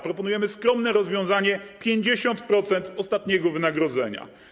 Proponujemy skromne rozwiązanie: 50% ostatniego wynagrodzenia.